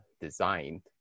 designed